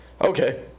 Okay